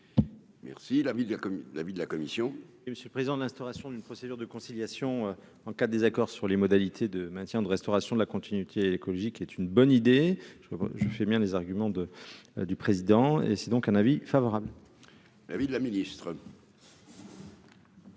l'avis de la commission. Oui, monsieur le président de l'instauration d'une procédure de conciliation en cas de désaccord sur les modalités de maintien de restauration de la continuité écologique est une bonne idée, je crois pas je fais bien les arguments de du président et c'est donc un avis favorable. La vie de la ministre.